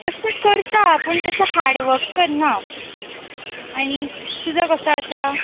तशें करता पूण तशें हाड वक करना आनी तुजो कसो आसा